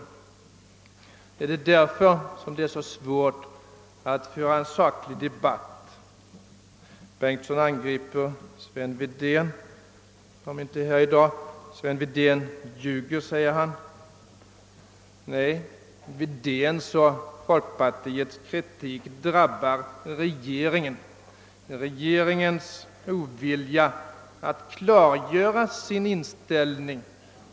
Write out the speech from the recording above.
Är det därför som det är så svårt att föra en saklig debatt? Herr Bengtsson angrep Sven Wedén som inte är här i dag. Sven Wedén ljuger, sade han. Nej herr Wedéns och folkpartiets kritik drabbar regeringen och regeringens ovilja att klargöra sin inställning.